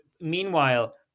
meanwhile